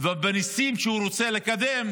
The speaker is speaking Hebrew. ובניסים שהוא רוצה לקדם,